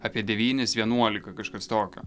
apie devynis vienuolika kažkas tokio